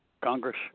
Congress